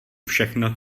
všechno